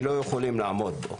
הן לא יכולות לעמוד בו.